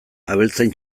abeltzain